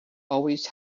always